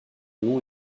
nom